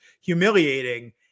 humiliating